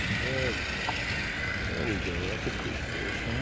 there we there we go. that's a cool fish, huh?